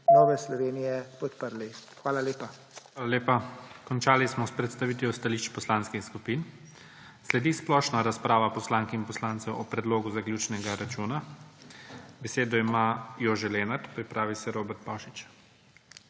Nove Slovenije podprli. Hvala lepa. PREDSEDNIK IGOR ZORČIČ: Hvala lepa. Končali smo s predstavitvijo stališč poslanskih skupin. Sledi splošna razprava poslank in poslancev o predlogu zaključnega računa. Besedo ima Jože Lenart, pripravi naj se Robert Pavšič.